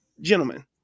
Gentlemen